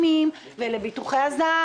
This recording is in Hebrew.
בתקופת מעבר,